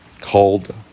called